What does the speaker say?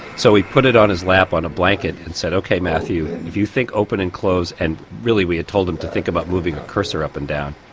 so we put it on his lap on a blanket and said ok matthew. you think open and close and really we had told him to think about moving our cursor up and down